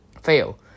Fail